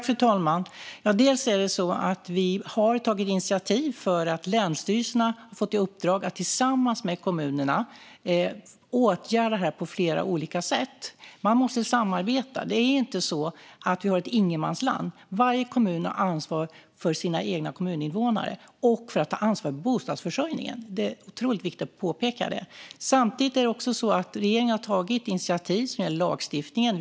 Fru talman! Vi har tagit initiativ till att länsstyrelserna fått i uppdrag att tillsammans med kommunerna åtgärda det här på flera olika sätt. Man måste samarbeta. Det är inte så att vi har ett ingenmansland, utan varje kommun har ansvar för sina egna kommuninvånare och för bostadsförsörjningen. Det är otroligt viktigt att påpeka det. Samtidigt har regeringen också tagit initiativ som gäller lagstiftningen.